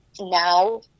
now